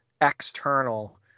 external